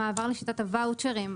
מעבר לשיטת הוואוצ'רים.